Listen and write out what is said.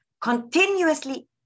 continuously